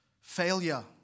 failure